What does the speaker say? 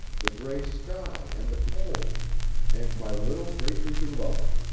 the gray sky and the cold and my little greatly beloved.